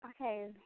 Okay